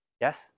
Yes